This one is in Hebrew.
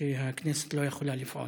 שהכנסת לא יכולה לפעול.